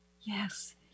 Yes